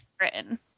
written